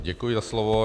Děkuji za slovo.